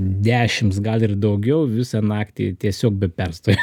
dešims gal ir daugiau visą naktį tiesiog be perstojo